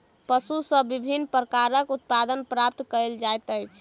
पशु सॅ विभिन्न प्रकारक उत्पाद प्राप्त कयल जाइत छै